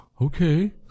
Okay